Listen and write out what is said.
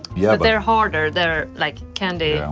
yeah they're harder, they're like candy. yeah,